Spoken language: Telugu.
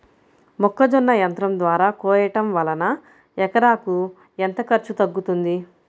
మొక్కజొన్న యంత్రం ద్వారా కోయటం వలన ఎకరాకు ఎంత ఖర్చు తగ్గుతుంది?